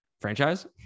Franchise